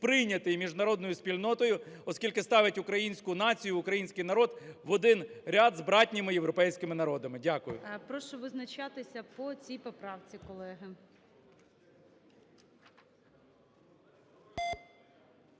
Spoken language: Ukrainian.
сприйнятий міжнародною спільнотою, оскільки ставить українську націю, український народ в один ряд з братніми європейськими народами. Дякую. ГОЛОВУЮЧИЙ. Прошу визначатись по цій поправці, колеги.